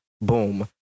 boom